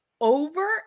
over